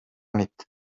nit